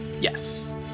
Yes